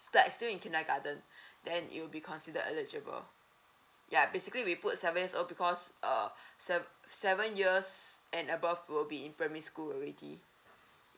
stat still in kindergarten then it'll be considered eligible ya basically we put seven years old because uh sev~ seven years and above will be in primary school already